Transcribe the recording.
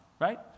right